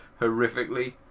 horrifically